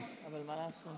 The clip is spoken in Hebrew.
את זה מותר לעשות לקטינים.